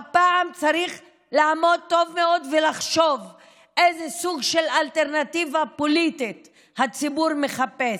הפעם צריך לחשוב טוב מאוד איזה סוג של אלטרנטיבה פוליטית הציבור מחפש.